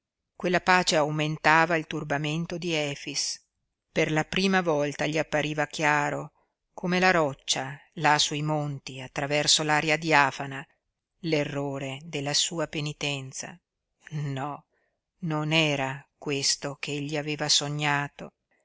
quella pace aumentava il turbamento di efix per la prima volta gli appariva chiaro come la roccia là sui monti attraverso l'aria diafana l'errore della sua penitenza no non era questo ch'egli aveva sognato